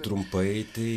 trumpai tai